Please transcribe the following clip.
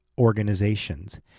organizations